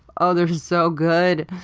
ah they're so good.